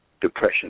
depression